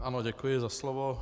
Ano, děkuji za slovo.